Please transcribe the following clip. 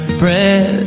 bread